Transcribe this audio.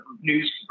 news